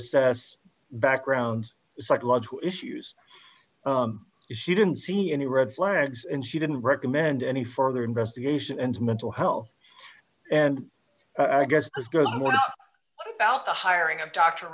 says background psychological issues she didn't see any red flags and she didn't recommend any further investigation and mental health and i guess as goes what about the hiring of d